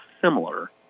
similar